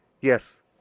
Yes